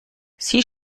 sie